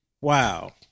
Wow